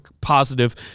positive